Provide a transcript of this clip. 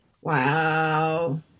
Wow